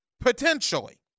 potentially